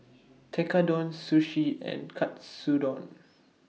Tekkadon Sushi and Katsudon